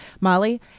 Molly